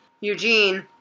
Eugene